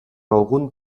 algun